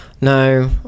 no